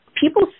people